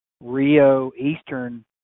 Rio-Eastern